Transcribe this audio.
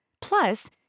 Plus